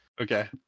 Okay